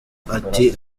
ati